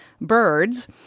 birds